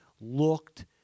looked